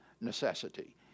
necessity